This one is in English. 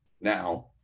now